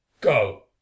Go